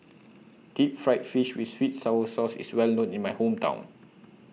Deep Fried Fish with Sweet Sour Sauce IS Well known in My Hometown